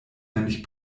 nämlich